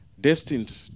destined